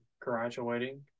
graduating